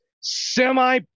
semi